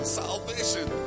salvation